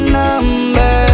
number